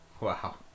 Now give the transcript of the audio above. Wow